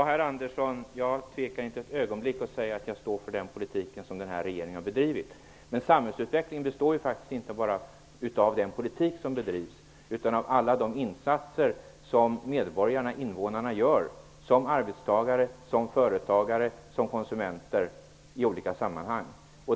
Herr talman! Jag tvekar inte ett ögonblick att säga att jag står för den politik som den här regeringen har bedrivit. Men samhällsutvecklingen består faktiskt inte bara av den politik som bedrivs utan också av alla de insatser som medborgarna, invånarna, gör som arbetstagare, som företagare och som konsumenter i olika sammanhang.